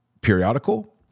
periodical